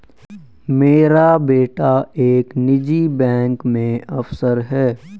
मेरा बेटा एक निजी बैंक में अफसर है